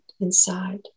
inside